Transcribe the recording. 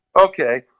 Okay